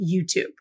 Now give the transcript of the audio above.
YouTube